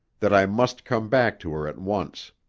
that i must come back to her at once.